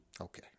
Okay